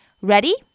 Ready